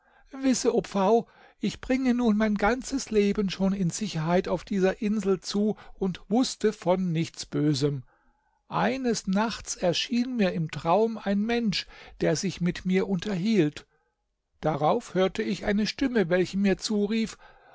ich bringe nun mein ganzes leben schon in sicherheit auf dieser insel zu und wußte von nichts bösem eines nachts erschien mir im traum ein mensch der sich mit mir unterhielt darauf hörte ich eine stimme welche mir zurief